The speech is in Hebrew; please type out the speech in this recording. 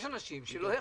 יש אנשים שלא יכלו.